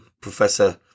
Professor